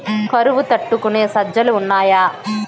కరువు తట్టుకునే సజ్జలు ఉన్నాయా